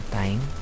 time